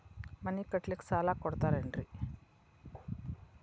ಮನಿ ಕಟ್ಲಿಕ್ಕ ಸಾಲ ಕೊಡ್ತಾರೇನ್ರಿ?